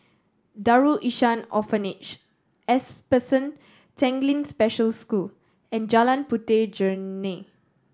Darul Ihsan Orphanage S Person Tanglin Special School and Jalan Puteh Jerneh